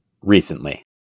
recently